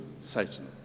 Satan